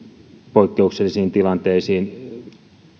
poikkeuksellisiin tilanteisiin